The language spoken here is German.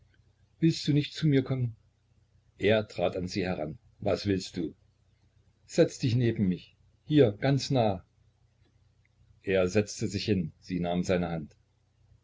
willst du nicht zu mir kommen er trat an sie heran was willst du setz dich neben mich hier ganz nah er setzte sich hin sie nahm seine hand